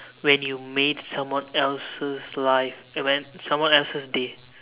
when you made someone else's life when someone else's day